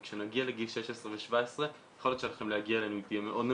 כי כשנגיע לגיל 16 ו-17 היכולת שלכם להגיע אלינו תהיה מאוד נמוכה.